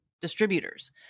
distributors